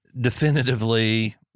definitively